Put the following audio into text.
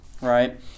right